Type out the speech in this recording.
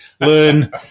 learn